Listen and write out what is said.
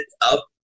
up